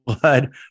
blood